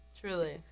truly